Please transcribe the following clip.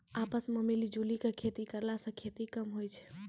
आपस मॅ मिली जुली क खेती करला स खेती कम होय छै